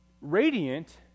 Radiant